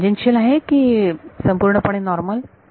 हे टॅन्जेनशियल आहे की संपूर्णपणे नॉर्मल